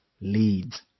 leads